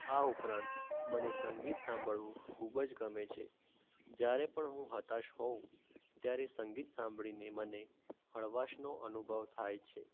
આ ઉપરાંત મને સંગીત સાંભળવું ખૂબ જ ગમે છે જ્યારે પણ હું હતાશ હોઉં ત્યારે સંગીત સાંભળીને મને હળવાશનો અનુભવ થાય છે